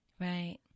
right